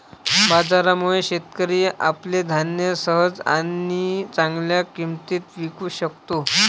बाजारामुळे, शेतकरी आपले धान्य सहज आणि चांगल्या किंमतीत विकू शकतो